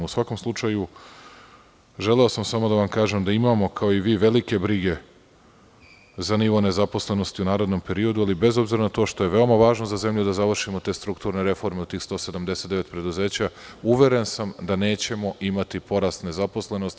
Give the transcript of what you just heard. U svakom slučaju, želeo sam samo da vam kažem da imamo, kao i vi, velike brige za nivo nezaposlenosti u narednom periodu, ali, bez obzira na to što je veoma važno za zemlju da završimo te strukturne reforme u tih 179 preduzeća, uveren sam da nećemo imati porast nezaposlenosti.